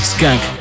Skank